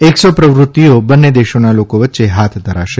એકસો પ્રવૃત્તિઓ બંને દેશોના લોકો વચ્ચે હાથ ધરાશે